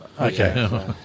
Okay